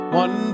one